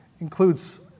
includes